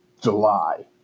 July